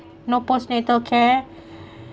no post-natal care